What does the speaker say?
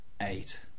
eight